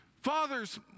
Fathers